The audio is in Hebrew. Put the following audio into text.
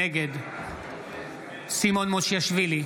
נגד סימון מושיאשוילי,